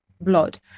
blood